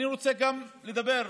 אני רוצה לדבר גם,